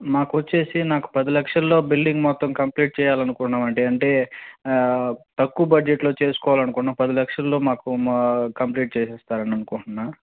నాకు వచ్చేసి నాకు పది లక్షల్లో బిల్డింగ్ మొత్తం కంప్లీట్ చెయ్యాలనుకున్నామంటే అంటే తక్కువ బడ్జెట్లో చేసుకోవాలనుకున్నాము పది లక్షల్లో మాకు మా కంప్లీట్ చేసిస్తారని అనుకుంటున్నాను